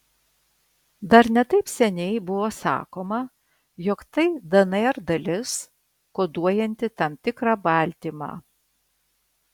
dar ne taip seniai buvo sakoma jog tai dnr dalis koduojanti tam tikrą baltymą